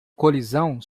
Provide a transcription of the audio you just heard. colisão